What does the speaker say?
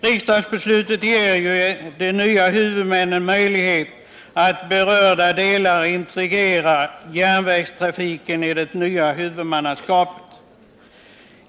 Riksdagsbeslutet ger de nya huvudmännen möjlighet att i berörda delar integrera järnvägstrafiken i det nya huvudmannaskapet.